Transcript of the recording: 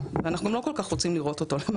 וגם כי אנחנו לא כל כך רוצים לראות אותו יותר,